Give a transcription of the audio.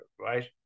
right